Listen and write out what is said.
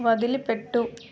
వదిలిపెట్టు